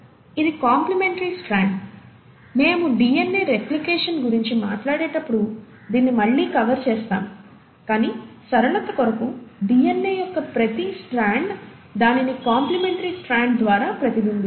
ఇది complementary strand మేము DNA replication గురించి మాట్లాడేటప్పుడు దీన్ని మళ్ళీ కవర్ చేస్తాము కానీ సరళత కొరకు డిఎన్ఏ యొక్క ప్రతి స్ట్రాండ్ దానిని కాంప్లిమెంటరీ స్ట్రాండ్ ద్వారా ప్రతిబింబిస్తుంది